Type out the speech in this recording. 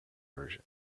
version